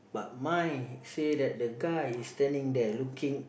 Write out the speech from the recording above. but mine say that the guy is standing there looking